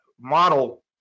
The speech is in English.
model